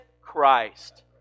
Christ